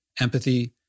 empathy